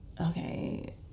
okay